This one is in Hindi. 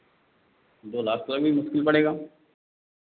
दो लाख तो भी मुश्किल पड़ेगा